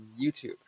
youtube